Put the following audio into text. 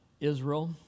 Israel